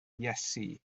iesu